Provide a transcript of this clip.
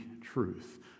truth